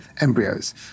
embryos